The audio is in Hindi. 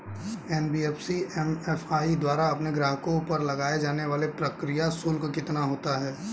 एन.बी.एफ.सी एम.एफ.आई द्वारा अपने ग्राहकों पर लगाए जाने वाला प्रक्रिया शुल्क कितना होता है?